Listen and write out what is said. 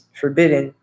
forbidden